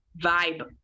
vibe